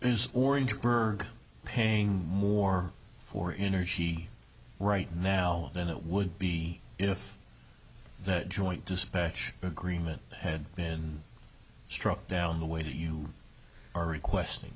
is orangeburg paying more for energy right now than it would be if that joint dispatch agreement had been struck down the way you are requesting